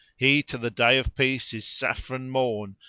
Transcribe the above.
he to the day of peace is saffron morn,